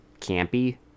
campy